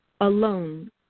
alone